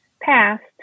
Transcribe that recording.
passed